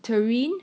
terrin